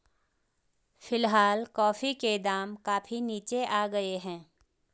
फिलहाल कॉफी के दाम काफी नीचे आ गए हैं